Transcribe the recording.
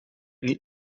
niet